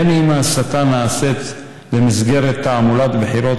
בין שההסתה נעשית במסגרת תעמולת בחירות